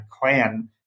clan